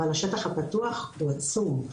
אבל השטח הפתוח הוא עצום,